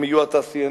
הם יהיו התעשיינים,